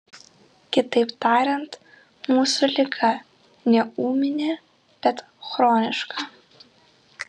kitaip tariant mūsų liga ne ūminė bet chroniška